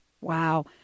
Wow